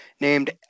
named